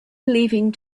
leaving